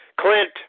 Clint